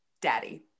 daddy